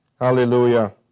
Hallelujah